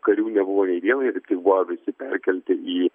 karių nebuvo nei vieno jie kaip tik buvo visi perkelti į